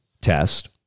test